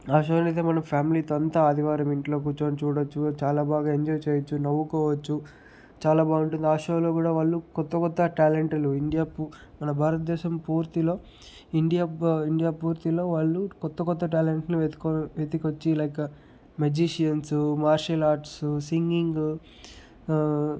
ఆ షో నైతే మనం ఫ్యామిలీతో అంతా ఆదివారం ఇంట్లో కూర్చొని చూడవచ్చు చాలా బాగా ఎంజాయ్ చేయవచ్చు నవ్వుకోవచ్చు చాలా బాగుంటుంది ఆ షోలో కూడా వాళ్ళు కొత్త కొత్త ట్యాలెంట్లు ఇండియా పూ మన భారతదేశం పూర్తిలో ఇండియా ఇండియా పూర్తిలో వాళ్ళు కొత్త కొత్త ట్యాలెంట్ను వెతుకోని వెతికొచ్చి like magicians martial arts singing